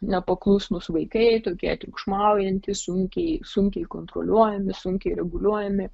nepaklusnūs vaikai tokie triukšmaujantys sunkiai sunkiai kontroliuojami sunkiai reguliuojami